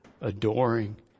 adoring